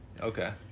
Okay